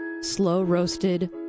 slow-roasted